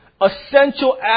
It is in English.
essential